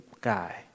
guy